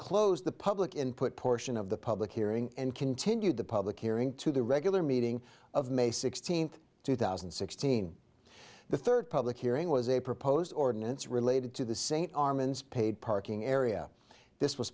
closed the public input portion of the public hearing and continued the public hearing to the regular meeting of may sixteenth two thousand and sixteen the third public hearing was a proposed ordinance related to the st armand's paid parking area this was